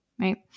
right